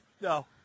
No